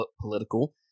political